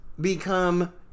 become